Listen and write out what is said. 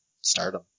Stardom